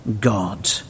God